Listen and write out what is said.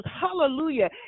Hallelujah